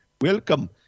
Welcome